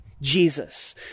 Jesus